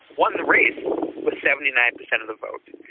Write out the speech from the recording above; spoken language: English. won the race with seventy nine per cent of the vote.